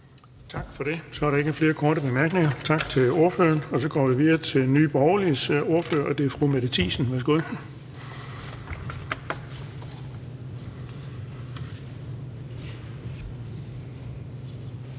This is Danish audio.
Tak for det. Så er der ikke flere korte bemærkninger. Tak til ordføreren. Og vi går videre til Venstres ordfører, og det er hr. Michael Aastrup Jensen. Værsgo.